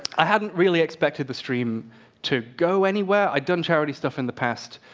i hadn't really expected the stream to go anywhere. i'd done charity stuff in the past,